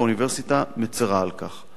והאוניברסיטה מצרה על כך.